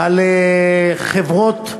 על חברות ההשקעה.